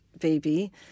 baby